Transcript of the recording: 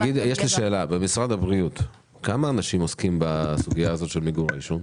כמה אנשים במשרד הבריאות עוסקים בסוגיה הזאת של מיגור העישון?